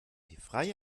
freie